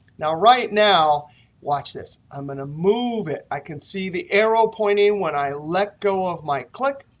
now, right now watch this i'm going to move it. i can see the arrow pointing when i let go of my click,